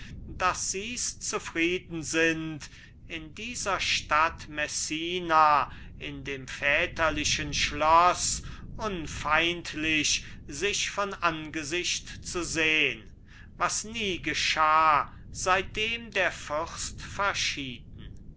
das sie's zufrieden sind in dieser stadt messina in dem väterlichen schloß unfeindlich sich von angesicht zu sehn was nie geschah seitdem der fürst verschied